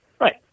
Right